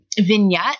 vignette